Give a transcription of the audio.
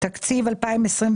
תקציב 2021,